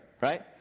right